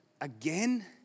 again